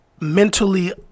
mentally